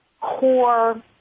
core